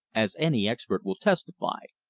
as any expert will testify.